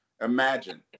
Imagine